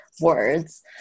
words